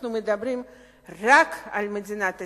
אנחנו מדברים רק על מדינת ישראל,